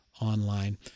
online